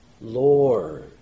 Lord